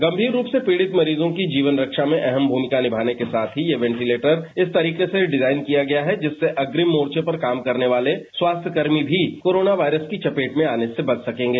गम्भीर रूप से पीडित मरीजों की जीवन रक्षा में अहम भूमिका निमाने के साथ ही ये वेंटिलेटर इस तरीके से डिजाइन किया है जिससे अग्रिम मोर्चे पर काम करने वाले स्वास्थ्य कर्मी भी कोरोना वायरस की चपेट में आने से बच सकेंगे